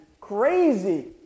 crazy